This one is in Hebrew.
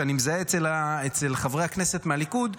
שאני מזהה אצל חברי הכנסת מהליכוד,